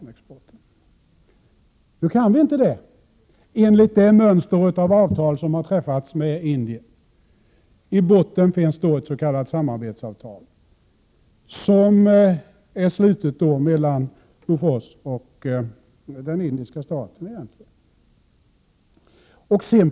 Nu kan vi inte det, i enlighet med det mönster om avtal som har tecknats med Indien. I botten finns ett s.k. samarbetsavtal som är slutet mellan Bofors och den indiska staten, egentligen.